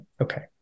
Okay